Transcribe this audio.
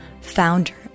founder